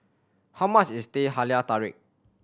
how much is Teh Halia Tarik